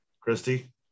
Christy